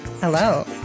Hello